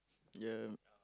ya